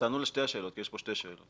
תענו לשתי השאלות כי יש כאן שתי שאלות.